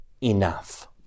enough